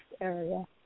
area